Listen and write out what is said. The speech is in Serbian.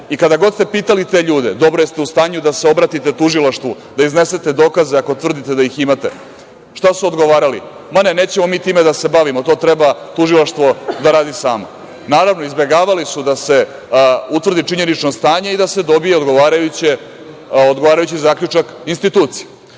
I kada god ste pitali te ljude - dobro, jeste li u stanju da se obratite Tužilaštvu, da iznesete dokaze, ako tvrdite da ih imate, šta su odgovarali? Ma, ne, nećemo mi time da se bavimo, to treba tužilaštvo da radi samo. Naravno, izbegavali su da se utvrdi činjenično stanje i da se dobije odgovarajući zaključak institucije. Primera